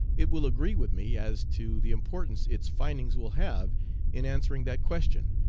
it will agree with me as to the importance its findings will have in answering that question.